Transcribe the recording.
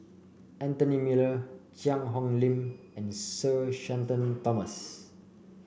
Anthony Miller Cheang Hong Lim and Sir Shenton Thomas